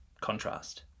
Contrast